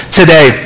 today